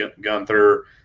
Gunther